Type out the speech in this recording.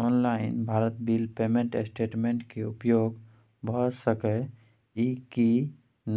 online Bharat bill payment system के उपयोग भ सके इ की